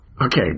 okay